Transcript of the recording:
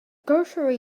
grocery